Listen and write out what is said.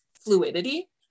fluidity